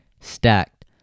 stacked